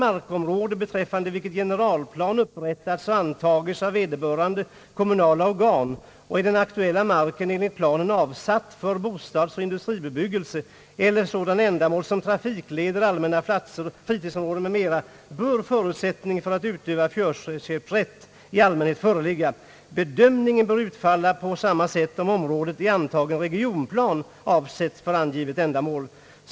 'orhråde beträffande vilket generalplan upprättats och antagits av vederbörandé kommunala organ och är den: aktuella: marken enligt planen avsatt :för: bostads-: eller industribebyggelse :eller ::sådanå' ändamål som trafikleder, allmänna v platser; fritidsområden m.m. bör förutsättning för att utöva förköpsrätt i allmänhet föreligga. Bedömningen bör utfalla på samma sätt om området i antagen regionplan avsatts för angivna ändamål.